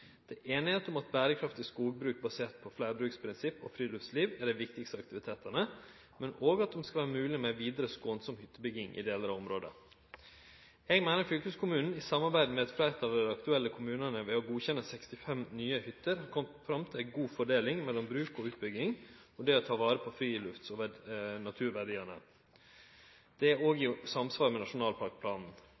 Det er semje om at berekraftig skogbruk basert på fleirbruksprinsipp og friluftsliv er dei viktigaste aktivitetane, men òg at det skal vere mogleg med ei vidare skånsam hyttebygging i delar av området. Eg meiner fylkeskommunen, i samarbeid med eit fleirtal av dei aktuelle kommunane, ved å godkjenne 65 nye hytter har kome fram til ei god fordeling mellom bruk og utbygging og det å ta vare på frilufts- og naturverdiane. Det er òg i samsvar med nasjonalparkplanen.